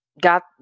Got